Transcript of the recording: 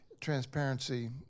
transparency